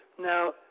Now